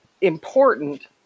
important